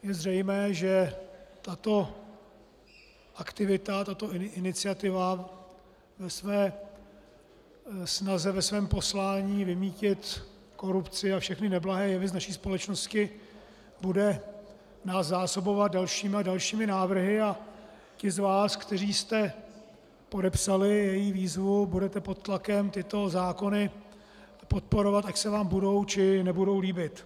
Je zřejmé, že tato aktivita, tato iniciativa, nás ve své snaze, ve svém poslání vymýtit korupci a všechny neblahé jevy z naší společnosti bude zásobovat dalšími a dalšími návrhy a ti z vás, kteří jste podepsali její výzvu, budete pod tlakem tyto zákony podporovat, ať se vám budou, či nebudou líbit.